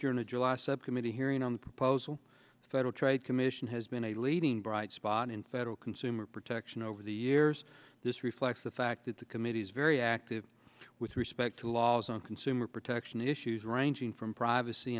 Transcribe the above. a july subcommittee hearing on the proposal the federal trade commission has been a leading bright spot in federal consumer protection over the years this reflects the fact that the committee is very active with respect to laws on consumer protection issues ranging from privacy